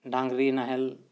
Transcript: ᱰᱟᱝᱨᱤ ᱱᱟᱦᱮᱞ